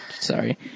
Sorry